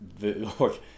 look